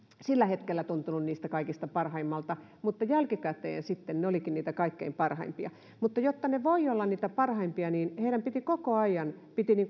sillä hetkellä tuntuneet niiltä kaikkein parhaimmilta mutta jälkikäteen sitten he olivatkin niitä kaikkein parhaimpia mutta jotta he voivat olla niitä parhaimpia heidän piti koko ajan